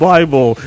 Bible